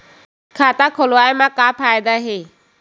खाता खोलवाए मा का फायदा हे